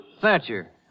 Thatcher